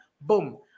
boom